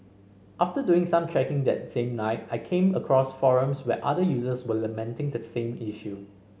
after doing some checking that same night I came across forums where other users were lamenting the same issue